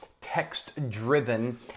text-driven